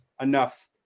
enough